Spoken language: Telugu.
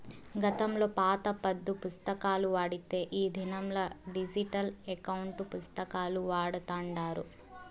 గతంలో పాత పద్దు పుస్తకాలు వాడితే ఈ దినంలా డిజిటల్ ఎకౌంటు పుస్తకాలు వాడతాండారు